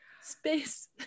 space